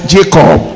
Jacob